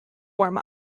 warm